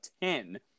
ten